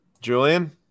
Julian